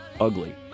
Ugly